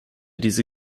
diese